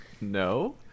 No